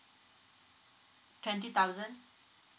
twenty thousand